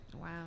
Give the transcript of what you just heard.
Wow